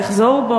יחזור,